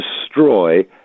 destroy